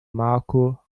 marco